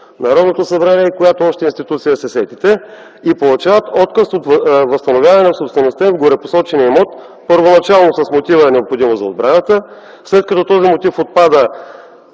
Народното събрание и която още институция се сетите и получават отказ от възстановяване на собствеността им на горепосочения имот първоначално с мотива „необходимост за отбраната”. След като този мотив отпада,